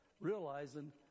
realizing